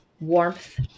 warmth